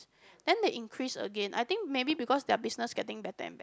then they increase again I think maybe because their business getting better and bet